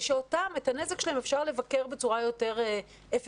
ושאת הנזק שלנו אפשר לבקר בצורה יותר אפקטיבית.